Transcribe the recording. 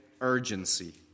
urgency